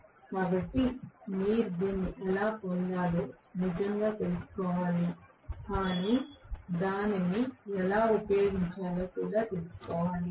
కాబట్టి మీరు దీన్ని ఎలా పొందాలో నిజంగా తెలుసుకోవాలి కానీ దానిని ఎలా ఉపయోగించాలో కూడా తెలుసుకోవాలి